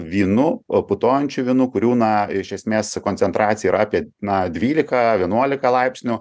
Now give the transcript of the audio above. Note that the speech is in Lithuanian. vynu o putojančiu vynu kurių na iš esmės koncentracija yra apie na dvylika vienuolika laipsnių